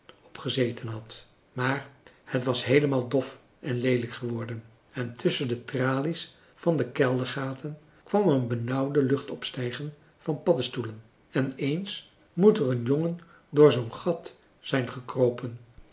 op gezeten had maar het was heelemaal dof en leelijk geworden en tusschen de tralies van de keldergaten kwam een benauwde lucht opstijgen van paddestoelen en eens moet er een jongen door zoo'n gat zijn gekropen